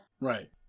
Right